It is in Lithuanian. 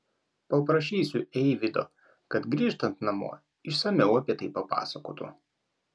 paprašysiu eivydo kad grįžtant namo išsamiau apie tai papasakotų